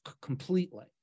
completely